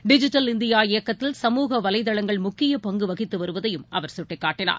digital India இயக்கத்தில் சமூக வலைதளங்கள் முக்கியப் பங்குவகித்துவருவதையும் அவர் சுட்டிக்காட்டினார்